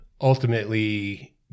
ultimately